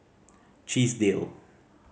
Chesdale